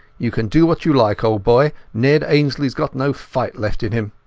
you can do what you like, old boy! ned ainslieas got no fight left in him